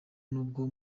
nubwo